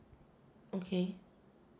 okay